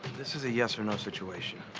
this is a yes or no situation.